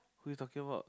who you talking about